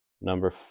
number